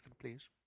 please